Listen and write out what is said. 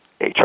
HR